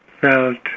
felt